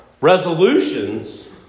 resolutions